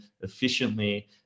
efficiently